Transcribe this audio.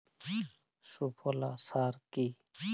সুফলা সার কি?